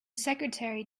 secretary